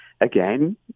again